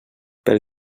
pel